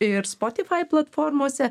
ir spotify platformose